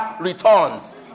returns